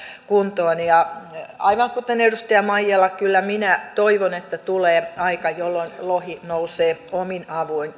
kuntoon aivan kuten edustaja maijala kyllä minäkin toivon että tulee aika jolloin lohi nousee omin avuin